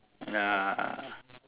ya